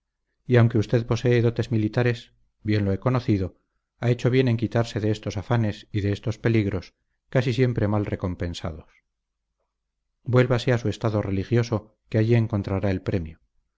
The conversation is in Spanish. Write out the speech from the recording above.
y aunque usted posee dotes militares bien lo he conocido ha hecho bien en quitarse de esos afanes y de esos peligros casi siempre mal recompensados vuélvase a su estado religioso que allí encontrará el premio